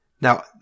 Now